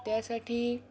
त्यासाठी